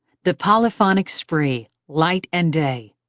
the polyphonic spree, light and day.